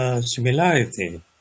Similarity